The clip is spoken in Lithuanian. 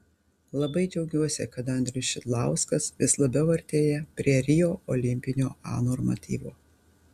labai džiaugiuosi kad andrius šidlauskas vis labiau artėja prie rio olimpinio a normatyvo